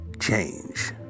change